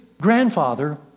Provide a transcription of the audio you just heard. grandfather